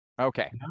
Okay